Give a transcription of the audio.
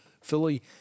Philly